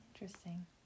Interesting